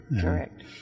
Correct